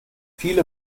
viele